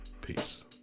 Peace